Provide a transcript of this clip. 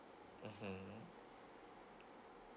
mm